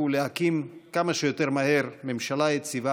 והוא להקים כמה שיותר מהר ממשלה יציבה